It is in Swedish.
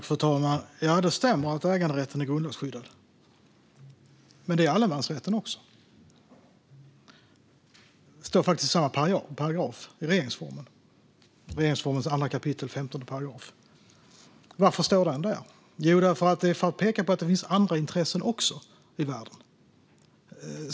Fru talman! Det stämmer att äganderätten är grundlagsskyddad. Det är även allemansrätten. Det står i 2 kap. 15 § regeringsformen, alltså i samma paragraf. Varför står det där? Jo, det är för att peka på att det även finns andra intressen i världen.